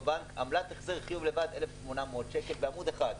עמלות החזר חיוב לבד, 1,800 שקל בעמוד אחד.